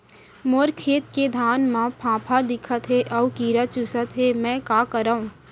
मोर खेत के धान मा फ़ांफां दिखत हे अऊ कीरा चुसत हे मैं का करंव?